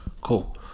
Cool